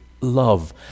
love